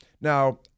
now